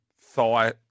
thigh